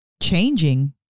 changing